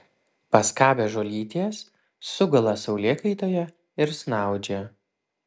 paskabę žolytės sugula saulėkaitoje ir snaudžia